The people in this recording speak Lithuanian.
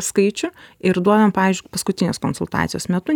skaičių ir duodam pavyzdžiui paskutinės konsultacijos metu